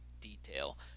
detail